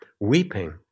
weeping